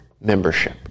membership